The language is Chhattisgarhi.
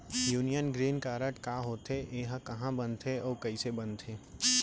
यूनियन ग्रीन कारड का होथे, एहा कहाँ बनथे अऊ कइसे बनथे?